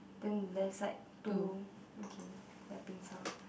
then left side two okay their pincer